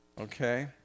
okay